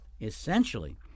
Essentially